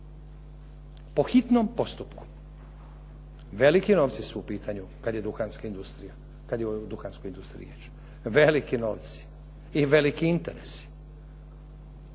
po hitnom postupku. Veliki novci su u pitanju kada je o duhanskoj industriji riječ, veliki novci i veliki interesi.